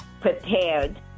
prepared